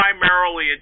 primarily